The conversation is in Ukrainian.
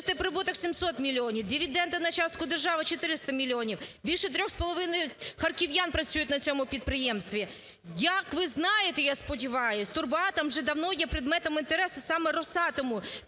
"Турбоатом" вже давно є предметом інтересу саме "Росатому",